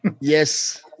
yes